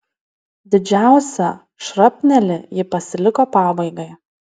didžiausią šrapnelį ji pasiliko pabaigai